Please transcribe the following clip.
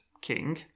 king